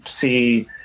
see